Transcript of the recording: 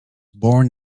born